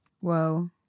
Whoa